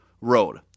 Road